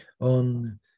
on